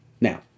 Now